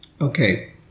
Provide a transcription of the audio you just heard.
Okay